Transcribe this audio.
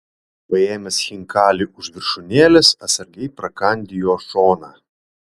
paėmęs chinkalį už viršūnėlės atsargiai prakandi jo šoną